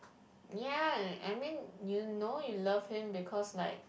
ya I mean you know you love him because like